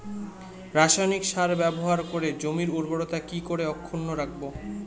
রাসায়নিক সার ব্যবহার করে জমির উর্বরতা কি করে অক্ষুণ্ন রাখবো